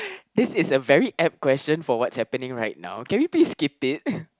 this is a very apt question for whats happening right now can we please skip it